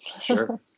Sure